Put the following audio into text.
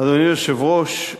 אדוני היושב-ראש,